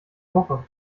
woche